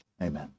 amen